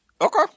Okay